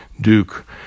Duke